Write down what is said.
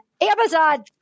Amazon